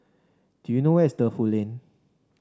do you know where's Defu Lane